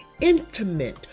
intimate